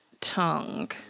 tongue